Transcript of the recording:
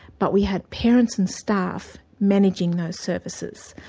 but we had parents and staff managing those services.